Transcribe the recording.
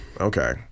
Okay